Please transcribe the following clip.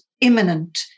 imminent